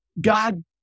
God